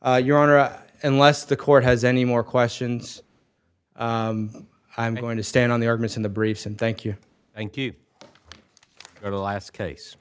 honor unless the court has any more questions i'm going to stand on their missing the briefs and thank you thank you for the last case